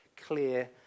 clear